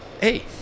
hey